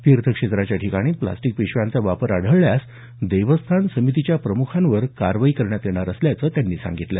तीर्थक्षेत्राच्या ठिकाणी प्लास्टिक पिशव्यांचा वापर आढळल्यास देवस्थान समितीच्या प्रमुखावर कारवाई करण्यात येणार असल्याचं त्यांनी सांगितलं